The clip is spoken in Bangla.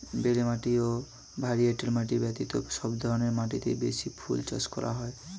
বেলে মাটি ও ভারী এঁটেল মাটি ব্যতীত সব ধরনের মাটিতেই বেলি ফুল চাষ করা যায়